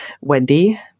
Wendy